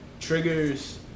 triggers